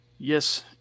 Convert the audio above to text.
Yes